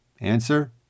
Answer